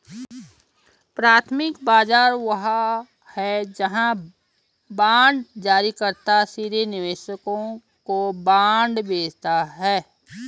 प्राथमिक बाजार वह है जहां बांड जारीकर्ता सीधे निवेशकों को बांड बेचता है